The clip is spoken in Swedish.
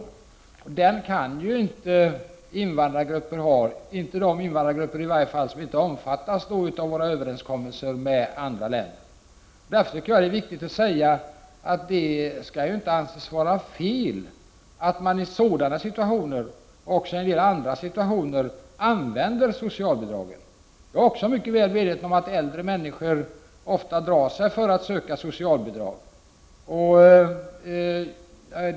Invandrargrupper kan inte tjäna in pension, i varje fall inte de invandrare som kommer från länder som inte omfattas av våra överenskommelser. Jag tycker därför att det är viktigt att säga att det i sådana situationer — och i en del andra situationer — inte skall anses vara fel att använda socialbidrag. Jag är mycket väl medveten om att äldre människor ofta drar sig för att söka socialbidrag.